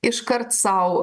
iškart sau